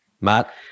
Matt